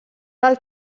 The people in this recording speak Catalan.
del